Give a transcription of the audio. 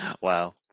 Wow